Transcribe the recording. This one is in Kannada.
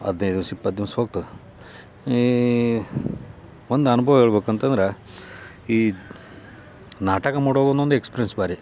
ಹದಿನೈದು ದಿವ್ಸ ಇಪ್ಪತ್ತು ದಿವ್ಸ ಹೋಗ್ತದೆ ಈ ಒಂದು ಅನುಭವ ಹೇಳ್ಬೇಕ್ ಅಂತಂದ್ರೆ ಈ ನಾಟಕ ಮಾಡೋವಾಗ ಒಂದೊಂದು ಎಕ್ಸ್ಪ್ರಿನ್ಸ್ ಭಾರಿ